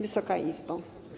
Wysoka Izbo!